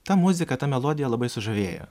ta muzika ta melodija labai sužavėjo